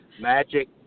Magic